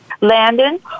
Landon